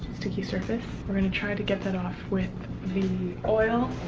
sticky surface, we're gonna try to get that off with the oil,